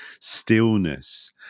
stillness